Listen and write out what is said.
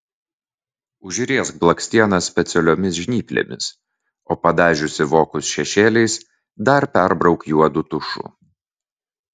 užriesk blakstienas specialiomis žnyplėmis o padažiusi vokus šešėliais dar perbrauk juodu tušu